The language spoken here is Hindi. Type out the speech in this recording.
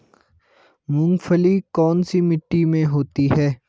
मूंगफली कौन सी मिट्टी में होती है?